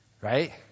right